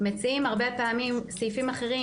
מציעים הרבה פעמים סעיפים אחרים,